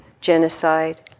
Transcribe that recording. genocide